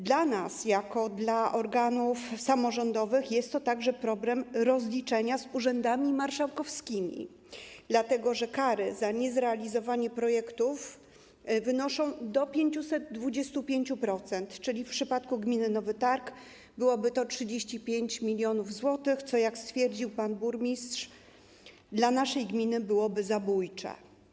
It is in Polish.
Dla nas jako dla organów samorządowych jest to także problem rozliczenia z urzędami marszałkowskimi, dlatego że kary za niezrealizowanie projektów wynoszą do 525%, czyli w przypadku gminy Nowy Targ byłoby to 35 mln zł, co jak stwierdził pan burmistrz, dla ich gminy byłoby zabójcze.